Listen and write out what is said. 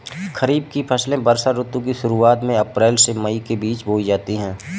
खरीफ की फसलें वर्षा ऋतु की शुरुआत में अप्रैल से मई के बीच बोई जाती हैं